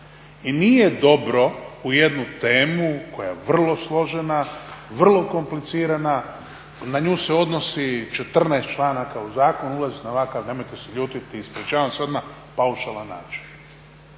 i nije dobro u jednu temu koja je vrlo složena, vrlo komplicirana. Na nju se odnosi 14 članaka u zakonu ulaziti na ovakav, nemojte se ljutiti, ispričavam se odmah paušalan način.